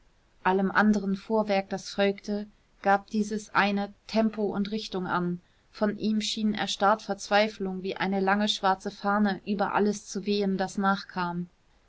allem anderen fuhrwerk das folgte gab dieses eine tempo und richtung an von ihm schien erstarrt verzweiflung wie eine lange schwarze fahne über alles zu wehen das nachkam